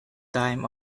time